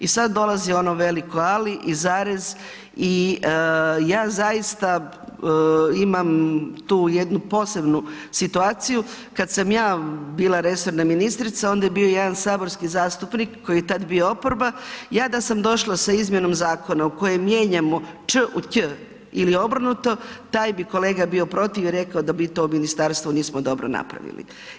I sad dolazi ono veliko ali i zarez i ja zaista imam tu jednu posebnu situaciju, kad sam ja bila resorna ministrica, onda je bio jedan saborski zastupnik koji je tad bio oporba, ja da sam došla sa izmjenom zakona u kojem mijenjamo č u ć ili obrnuto, taj bio kolega bio protiv, rekao bi da mi to ministarstvo nismo dobro napravili.